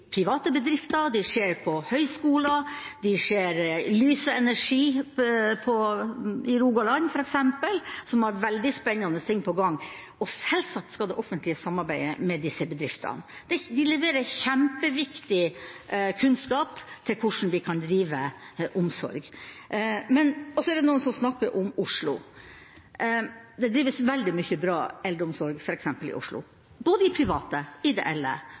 private bedrifter, på høyskoler og f.eks. i Lyse Energi i Rogaland, som har veldig spennende ting på gang. Selvsagt skal det offentlige samarbeide med disse bedriftene. De leverer kjempeviktig kunnskap om hvordan vi kan drive omsorg. Så er det noen som snakker om Oslo. Det drives veldig mye bra eldreomsorg f.eks. i Oslo, i både de private, de ideelle